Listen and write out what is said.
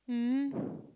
mm